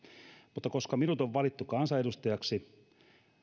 koska minut on valittu kansanedustajaksi